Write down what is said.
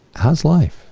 how's life?